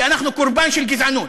כי אנחנו קורבן של גזענות,